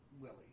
Willie